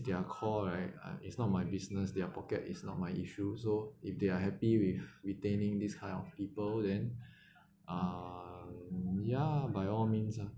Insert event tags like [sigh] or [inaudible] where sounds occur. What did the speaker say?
their call right uh it's not my business their pocket is not my issue so if they are happy with retaining these kind of people then [breath] uh ya by all means ah